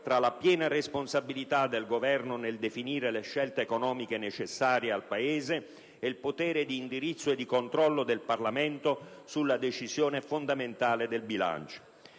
tra la piena responsabilità del Governo nel definire le scelte economiche necessarie al Paese e il potere di indirizzo e di controllo del Parlamento sulla decisione fondamentale di bilancio.